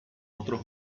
otros